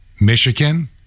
Michigan